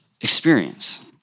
experience